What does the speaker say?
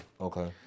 Okay